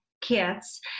kids